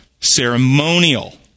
Ceremonial